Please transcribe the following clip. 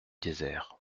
désert